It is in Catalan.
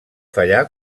fallar